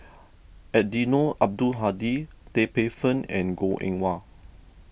Eddino Abdul Hadi Tan Paey Fern and Goh Eng Wah